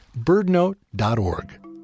birdnote.org